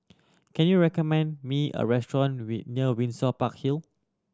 can you recommend me a restaurant near Windsor Park Hill